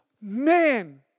Man